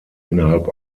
innerhalb